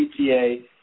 PTA